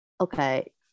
okay